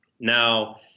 now –